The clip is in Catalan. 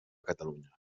catalunya